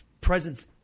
presence